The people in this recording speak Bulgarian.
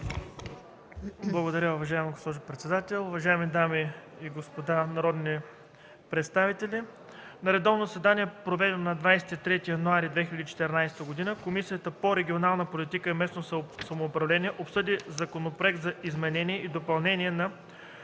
Благодаря, уважаема госпожо председател. Уважаеми дами и господа народни представители! „На редовно заседание, проведено на 23 януари 2014 г., Комисията по регионална политика и местно самоуправление обсъди Законопроект за изменение и допълнение на